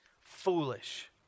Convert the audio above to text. foolish